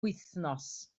wythnos